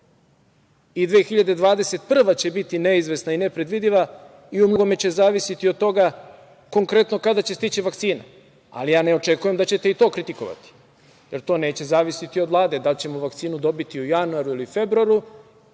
I 2021. će biti neizvesna i nepredvidiva i u mnogome će zavisiti od toga konkretno kada će stići vakcina, ali ja ne očekujem da ćete i to kritikovati, jer to neće zavisiti od Vlade da li ćemo vakcinu dobiti u januaru ili februaru